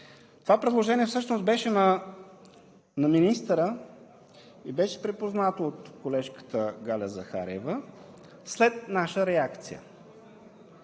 Това предложение всъщност беше на министъра и беше припознато от колежката Галя Захариева след наша реакция,